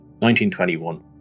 1921